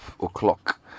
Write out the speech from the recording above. o'clock